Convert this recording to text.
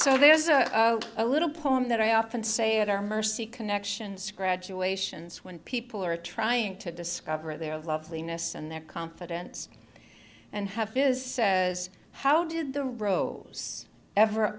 so there's a little poem that i often say at our mercy connections graduations when people are trying to discover their of loveliness and their confidence and half is says how did the rose ever